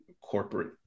corporate